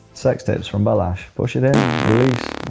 sex tips from balazs. push it in, release.